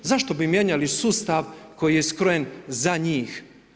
Zašto bi mijenjali sustav koji je skrojen za njih?